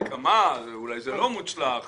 נקמה אז אולי זה לא מוצלח